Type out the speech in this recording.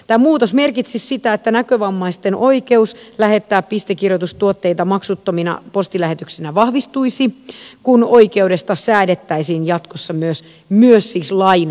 tämä muutos merkitsisi sitä että näkövammaisten oikeus lähettää pistekirjoitustuotteita maksuttomina postilähetyksinä vahvistuisi kun oikeudesta säädettäisiin jatkossa myös lain tasolla